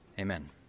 Amen